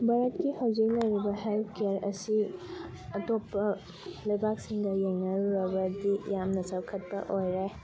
ꯚꯥꯔꯠꯀꯤ ꯍꯧꯖꯤꯛ ꯂꯩꯔꯤꯕ ꯍꯦꯜꯊ ꯀꯦꯌꯥꯔ ꯑꯁꯤ ꯑꯇꯣꯞꯄ ꯂꯩꯕꯥꯛꯁꯤꯡꯒ ꯌꯦꯡꯅꯔꯨꯔꯕꯗꯤ ꯌꯥꯝꯅ ꯆꯥꯎꯈꯠꯄ ꯑꯣꯏꯔꯦ